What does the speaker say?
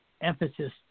emphasis